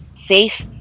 safe